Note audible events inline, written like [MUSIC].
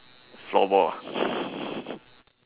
floorball ah [LAUGHS]